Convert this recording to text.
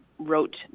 wrote